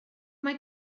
mae